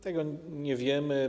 Tego nie wiemy.